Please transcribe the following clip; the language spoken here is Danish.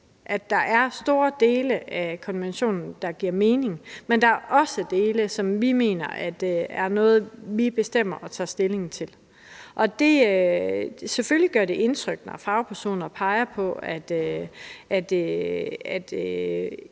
Der er store dele af konventionen, der giver mening, men der er også dele, som vi mener at vi skal bestemme over og tage stilling til. Selvfølgelig gør det indtryk, når fagpersoner peger på, at